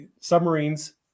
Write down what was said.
submarines